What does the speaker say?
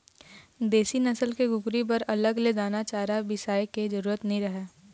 देसी नसल के कुकरी बर अलग ले दाना चारा बिसाए के जरूरत नइ रहय